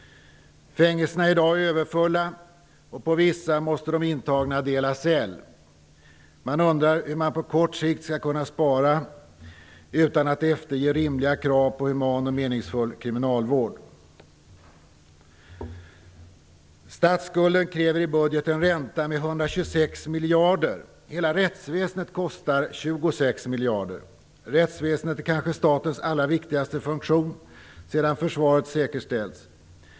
Fängelserna är i dag överfulla, och på vissa måste de intagna dela cell. Man undrar hur man på kort sikt skall kunna spara utan att efterge rimliga krav på human och meningsfull kriminalvård. Statsskulden kräver i budgeten en ränta på 126 miljarder. Hela rättsväsendet kostar 26 miljarder, och rättsväsendet är kanske statens allra viktigaste funktion sedan försvaret säkerställts.